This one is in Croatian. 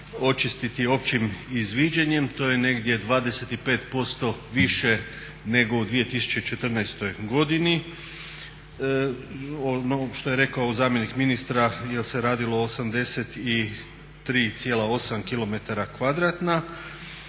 očistiti općim izviđanjem to je negdje 25% više nego u 2014. godini, ono što je rekao zamjenik ministra jer se radilo o 83,8 km